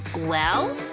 well.